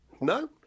no